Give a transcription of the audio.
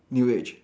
new age